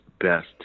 best